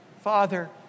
Father